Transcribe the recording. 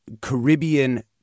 caribbean